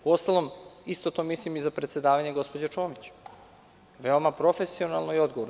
Uostalom, isto to mislim i za predsedavanje gospođe Čomić – veoma profesionalno i odgovorno.